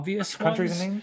countries